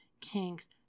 kinks